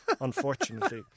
Unfortunately